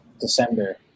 December